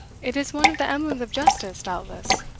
it is one of the emblems of justice, doubtless,